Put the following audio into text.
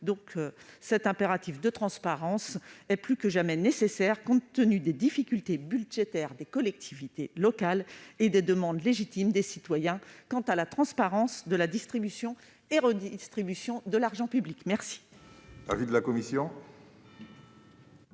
des refus de DGE. La transparence est plus que jamais nécessaire, compte tenu des difficultés budgétaires des collectivités locales et des demandes légitimes des citoyens en matière de distribution et de redistribution de l'argent public. Quel